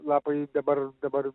lapai dabar dabar